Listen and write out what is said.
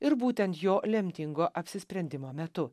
ir būtent jo lemtingo apsisprendimo metu